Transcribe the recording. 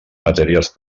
matèries